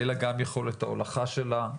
אלא גם יכולת ההולכה שלה,